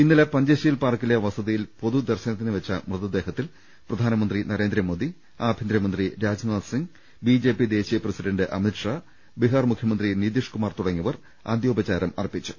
ഇന്നലെ പഞ്ച്ശീൽ പാർക്കിലെ വസതിയിൽ പൊതുദർശനത്തിന്വെച്ച മൃതദേഹത്തിൽ പ്രധാനമന്ത്രി നരേന്ദ്രമോദി ആഭ്യന്തരമന്ത്രി രാജ്നാഥ് സിംഗ് ബിജെപി ദേശീയ പ്രസിഡന്റ് അമിത്ഷാ ബീഹാർ മുഖ്യമന്ത്രി നിതീഷ് കുമാർ തുടങ്ങിയവർ അന്ത്യോപ ചാരം അർപ്പിച്ചു